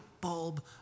bulb